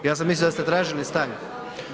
Ja sam mislio da ste tražili stanku.